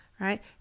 Right